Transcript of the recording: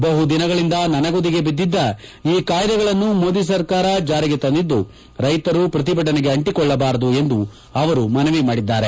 ಬಹುದಿನಗಳಿಂದ ನೆನೆಗುದಿಗೆ ಬಿದ್ದಿದ್ದ ಈ ಕಾಯ್ದೆಗಳನ್ನು ಮೋದಿ ಸರ್ಕಾರ ಜಾರಿಗೆ ತಂದಿದ್ದು ರೈತರು ಪ್ರತಿಭಟನೆಗೆ ಅಂಟಿಕೊಳ್ಳಬಾರದು ಎಂದು ಅವರು ಮನವಿ ಮಾಡಿದ್ದಾರೆ